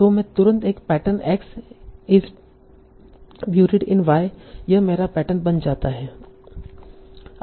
तो मैं तुरंत एक pattern X is buried in Y यह मेरा पैटर्न बन जाता है